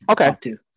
okay